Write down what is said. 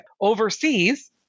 overseas